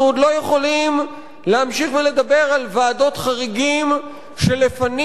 אנחנו לא יכולים להמשיך ולדבר על ועדות חריגים שלפנים